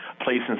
places